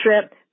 trip